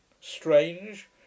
Strange